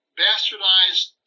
bastardized